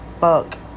fuck